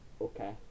Okay